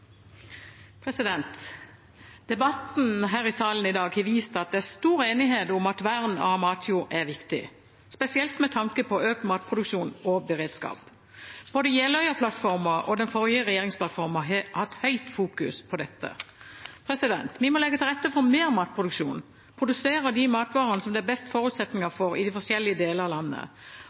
stor enighet om at vern av matjord er viktig, spesielt med tanke på økt matproduksjon og beredskap. Både Jeløya-plattformen og den forrige regjeringsplattformen har hatt stort fokus på dette. Vi må legge til rette for mer matproduksjon og produsere de matvarene som det er best forutsetninger for i de forskjellige delene av landet.